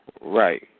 Right